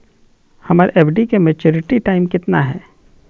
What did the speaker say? हमर एफ.डी के maturity time कितना है?